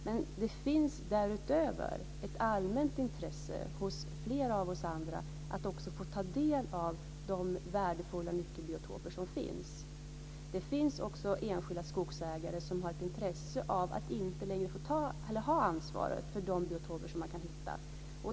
Men det finns därutöver ett allmänt intresse hos flera av oss andra att få ta del av de värdefulla nyckelbiotoper som finns. Det finns också enskilda skogsägare som har ett intresse av att inte längre ha ansvaret för de biotoper som man kan hitta.